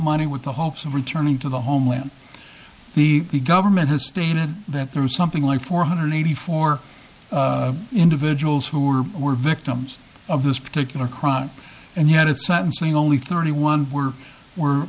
money with the hopes of returning to the homeland the government has stated that there was something like four hundred eighty four individuals who were were victims of this particular crime and yet it's sentencing only thirty one were were